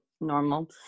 normal